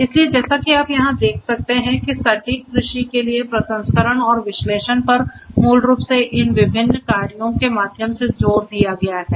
इसलिए जैसा कि आप यहां देख सकते हैं कि सटीक कृषि के लिए प्रसंस्करण और विश्लेषण पर मूल रूप से इन विभिन्न कार्यों के माध्यम से जोर दिया गया है